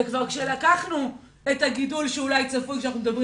זה כבר כשלקחנו את הגידול שאולי צפוי שאנחנו מדברים